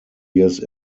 years